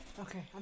Okay